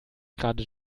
gerade